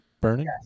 burning